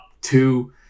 two